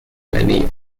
many